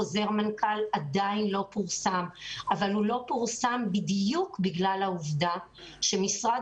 חוזר מנכ"ל עדיין לא פורסם אבל הוא לא פורסם בדיוק בגלל העובדה שמשרד